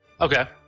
Okay